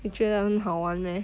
你觉得很好玩 meh